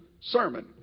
sermon